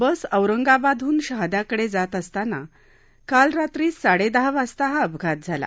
बस औरंगाबादहून शहाद्याकडे जात असताना काल रात्री साडेदहा वाजता हा अपघात झाला